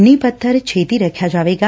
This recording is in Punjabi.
ਨੀਂਹ ਪੱਬਰ ਛੇਤੀ ਰੱਖਿਆ ਜਾਵੇਗਾ